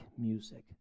music